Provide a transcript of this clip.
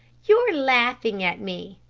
you're laughing at me.